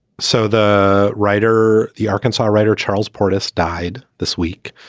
so the writer, the arkansas writer charles portis, died this week.